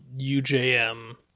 UJM